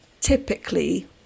typically